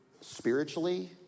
spiritually